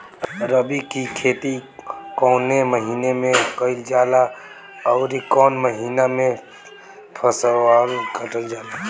रबी की खेती कौने महिने में कइल जाला अउर कौन् महीना में फसलवा कटल जाला?